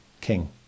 king